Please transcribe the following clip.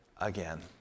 again